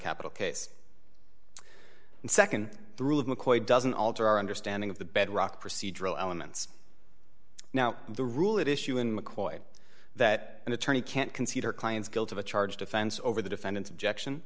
capital case and nd through of mccoy doesn't alter our understanding of the bedrock procedural elements now the rule that issue in mccoy that an attorney can't concede her client's guilt of a charged offense over the defendant's objection